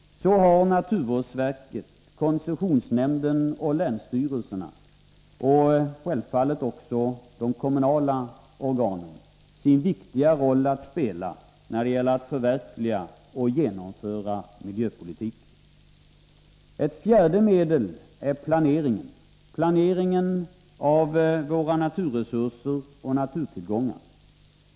Så har naturvårdsverket, koncessionsnämnden för miljöskydd, länsstyrelserna och självfallet de kommunala organen sin betydelsefulla roll att spela när det gäller att genomföra miljöpolitiken. Ett fjärde medel är planeringen av våra naturresurser och naturtillgångar.